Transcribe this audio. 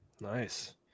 Nice